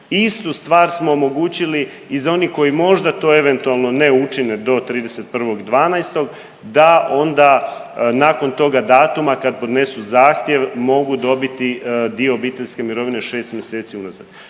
Istu stvar smo omogućili i za oni koji možda to eventualno ne učine do 31.12. da onda nakon toga datuma kad podnesu zahtjev mogu dobiti dio obiteljske mirovine unazad